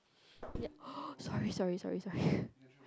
yup sorry sorry sorry sorry